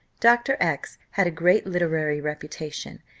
dr. x had a great literary reputation,